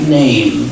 name